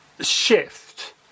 shift